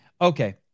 Okay